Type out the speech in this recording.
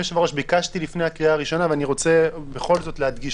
ביקשתי לפני הקריאה הראשונה ואני רוצה בכל זאת להדגיש,